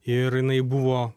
ir jinai buvo